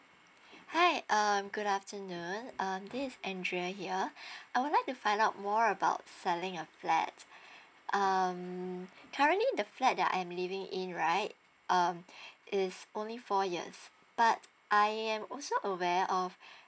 hi um good afternoon uh this is andrea here I would like to find out more about selling a flat um currently the flat that I'm living in right um is only four years but I am also aware of